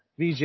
vj